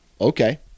okay